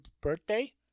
birthday